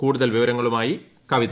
കൂടുതൽ വിവരങ്ങളുമായി കവിത